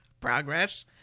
Progress